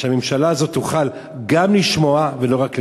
שהממשלה הזאת תוכל גם לשמוע ולא רק לדבר,